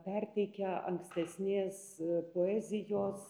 perteikia ankstesnės poezijos